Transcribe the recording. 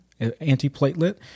antiplatelet